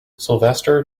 sylvester